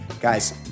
Guys